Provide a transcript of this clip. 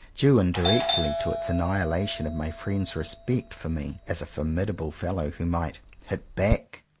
due indirectly to its annihilation of my friends' respect for me, as a formidable fellow who might hit back.